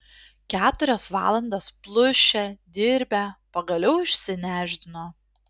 keturias valandas plušę dirbę pagaliau išsinešdino